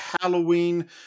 Halloween